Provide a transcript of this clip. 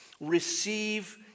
receive